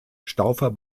staufer